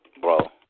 bro